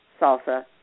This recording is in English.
salsa